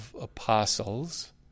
apostles